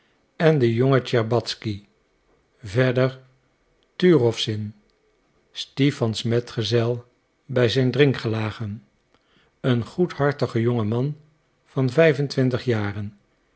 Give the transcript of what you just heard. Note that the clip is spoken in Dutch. en de jonge tscherbatzky verder turowzin stipans metgezel bij zijn drinkgelagen een goedhartige jonkman van vijf en twintig jaren